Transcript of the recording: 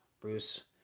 Bruce